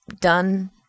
done